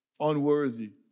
unworthy